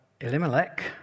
Elimelech